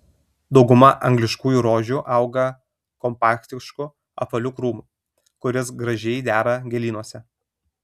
dauguma angliškųjų rožių auga kompaktišku apvaliu krūmu kuris gražiai dera gėlynuose